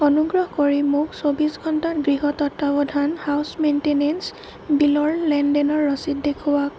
অনুগ্ৰহ কৰি মোক চৌব্বিছ ঘণ্টাত গৃহ তত্বাৱধান হাউচ মেইণ্টেনেন্স বিলৰ লেনদেনৰ ৰচিদ দেখুৱাওক